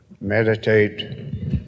meditate